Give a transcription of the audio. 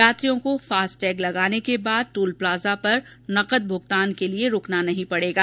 यात्रियों को फास्टैग लगाने के बाद टोल प्लाजा पर नकद भूगतान के लिए रुकना नहीं पड़ेगा